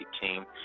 team